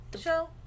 show